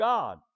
God